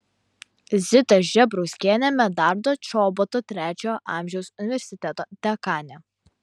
zita žebrauskienė medardo čoboto trečiojo amžiaus universiteto dekanė